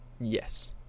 Yes